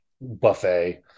Buffet